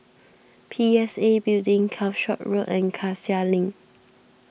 P S A Building Calshot Road and Cassia Link